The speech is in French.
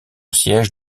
siège